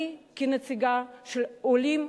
אני כנציגה של עולים,